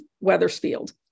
Weathersfield